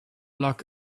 log